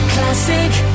Classic